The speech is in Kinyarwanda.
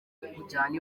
kukujyana